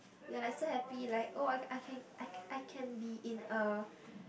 you're like so happy like oh I can I can I can be in a